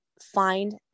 find